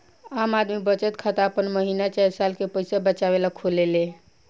आम आदमी बचत खाता आपन महीना चाहे साल के पईसा बचावे ला खोलेले